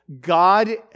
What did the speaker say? God